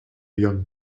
young